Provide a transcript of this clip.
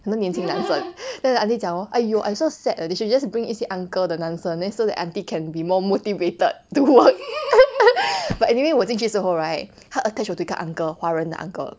很多年轻男生 then the aunty 讲 hor !aiyo! I so sad they should just bring 一些 uncle 的男生 then so that aunty can be more motivated to work bu anyway 我进去时候 right 她 attached 我 to 一个 uncle 华人的 uncle